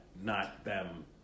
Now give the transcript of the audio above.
not-them